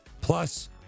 Plus